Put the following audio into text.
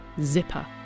Zipper